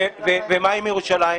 ומה עם ירושלים?